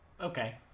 Okay